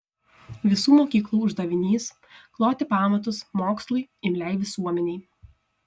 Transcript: visų mokyklų uždavinys kloti pamatus mokslui imliai visuomenei